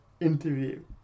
interview